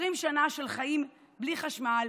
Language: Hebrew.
20 שנה של חיים בלי חשמל,